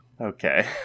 okay